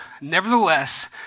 nevertheless